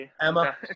Emma